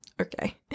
Okay